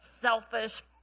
selfish